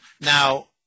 now